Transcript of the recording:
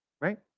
right